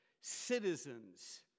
citizens